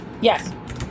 Yes